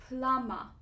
Plama